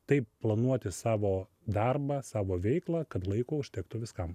taip planuoti savo darbą savo veiklą kad laiko užtektų viskam